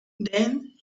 then